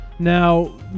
Now